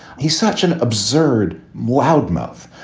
he's such an absurd loudmouth.